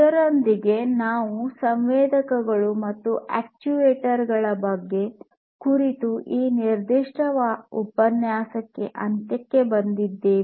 ಇದರೊಂದಿಗೆ ನಾವು ಸಂವೇದಕಗಳು ಮತ್ತು ಅಕ್ಚುಯೇಟರ್ ಗಳ ಕುರಿತು ಈ ನಿರ್ದಿಷ್ಟ ಉಪನ್ಯಾಸದ ಅಂತ್ಯಕ್ಕೆ ಬಂದಿದ್ದೇವೆ